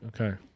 Okay